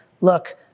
look